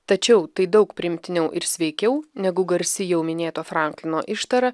tačiau tai daug priimtiniau ir sveikiau negu garsi jau minėto franklino ištara